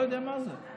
לא יודע מה זה.